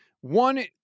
One